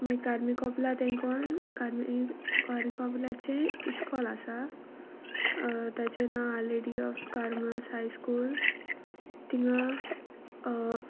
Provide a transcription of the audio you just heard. मागीर कार्मि कपेला तेंकून कार्मी कार्मि कपेलाचें इस्कॉल आसा ताचें नांव our lady of Carmel's high school थंय